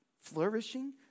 flourishing